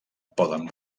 poden